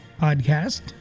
podcast